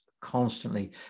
Constantly